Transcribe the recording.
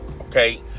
okay